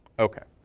ok.